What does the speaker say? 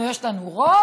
אנחנו, יש לנו רוב,